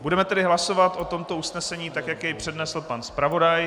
Budeme tedy hlasovat o tomto usnesení, jak je přednesl pan zpravodaj.